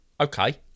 okay